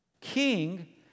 king